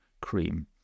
cream